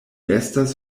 estas